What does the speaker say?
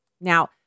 Now